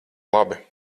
labi